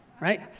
right